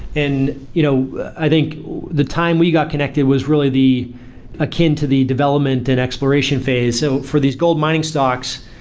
and you know i think the time we got connected was really the akin to the development and exploration phase so for these gold mining stocks,